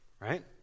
right